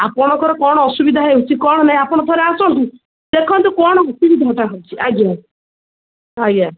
ଆପଣଙ୍କର କ'ଣ ଅସୁବିଧା ହେଉଛି କ'ଣ ନାହିଁ ଆପଣ ଥରେ ଆସନ୍ତୁ ଦେଖନ୍ତୁ କ'ଣ ଅସୁବିଧାଟା ହେଉଛି ଆଜ୍ଞା ଆଜ୍ଞା